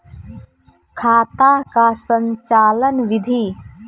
खाता का संचालन बिधि?